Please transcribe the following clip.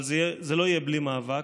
אבל זה לא יהיה בלי מאבק,